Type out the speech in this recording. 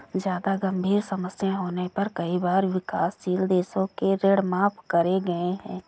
जादा गंभीर समस्या होने पर कई बार विकासशील देशों के ऋण माफ करे गए हैं